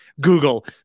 Google